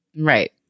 right